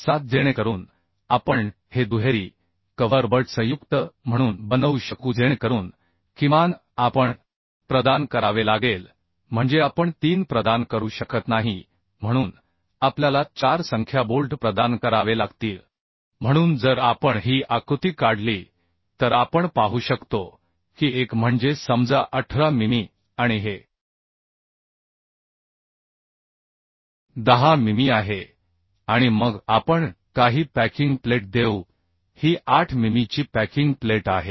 87 जेणेकरून आपण हे दुहेरी कव्हर बट संयुक्त म्हणून बनवू शकू जेणेकरून किमान आपण प्रदान करावे लागेल म्हणजे आपण 3 प्रदान करू शकत नाही म्हणून आपल्याला 4 संख्या बोल्ट प्रदान करावे लागतील जर आपण ही आकृती काढली तर आपण पाहू शकतो की एक म्हणजे समजा 18 मिमी आणि हे 10 मिमी आहे आणि मग आपण काही पॅकिंग प्लेट देऊ ही 8 मिमीची पॅकिंग प्लेट आहे